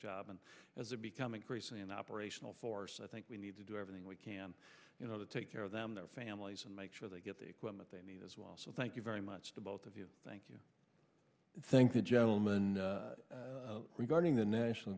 job and as they become increasingly an operational force i think we need to do everything we can you know to take care of them their families and make sure they get the equipment they need as well so thank you very much to both of you thank you thank the gentleman regarding the national